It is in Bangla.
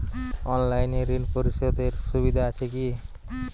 অনলাইনে ঋণ পরিশধের সুবিধা আছে কি?